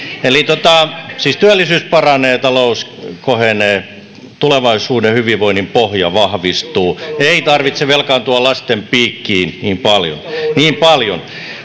siis työllisyys paranee talous kohenee tulevaisuuden hyvinvoinnin pohja vahvistuu ei tarvitse velkaantua lasten piikkiin niin paljon niin paljon